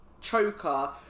choker